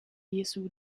jesu